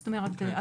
זאת אומרת,